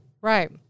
Right